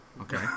Okay